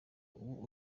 ubu